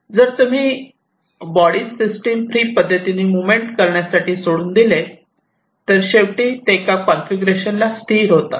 जर तुम्ही bodies system free पद्धतीने मुव्हमेंट करण्यासाठी सोडून दिले तर शेवटी ते एका कॉन्फिगरेशन ला स्थिर होतील